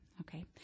Okay